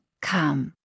come